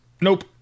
Nope